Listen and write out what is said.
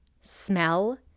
smell